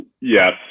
Yes